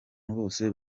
bose